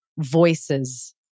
voices